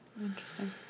Interesting